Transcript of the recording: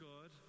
God